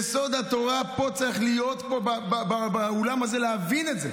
יסוד התורה צריך להיות פה באולם הזה, להבין את זה.